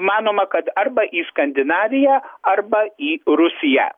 manoma kad arba į skandinaviją arba į rusiją